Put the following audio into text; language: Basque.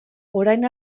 orain